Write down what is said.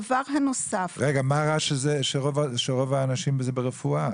לא, מה רע בזה שרוב האנשים ברפואה?